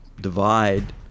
divide